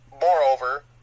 Moreover